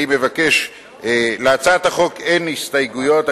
להצעת החוק אין הסתייגויות.